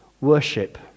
worship